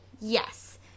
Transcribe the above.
Yes